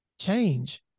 Change